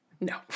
No